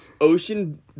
ocean